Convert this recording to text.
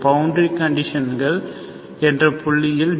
boundary கண்டிஷன்கள் என்ற புள்ளிகளில் 0